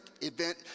event